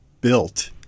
built